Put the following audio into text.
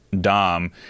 Dom